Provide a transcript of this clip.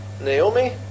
Naomi